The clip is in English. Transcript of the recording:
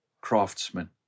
craftsman